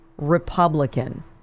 Republican